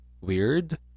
weird